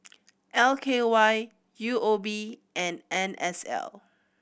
L K Y U O B and N S L